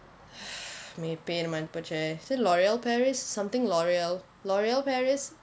பெயர் மறந்து போச்சே:peyar marnthu poche is it L'Oreal paris something L'Oreal L'Oreal paris